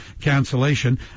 cancellation